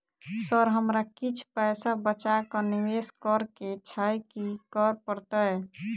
Sir हमरा किछ पैसा बचा कऽ निवेश करऽ केँ छैय की करऽ परतै?